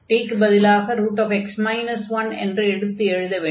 t க்குப் பதிலாக x 1 என்று எடுத்து எழுத வேண்டும்